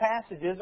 passages